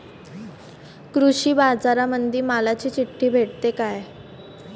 कृषीबाजारामंदी मालाची चिट्ठी भेटते काय?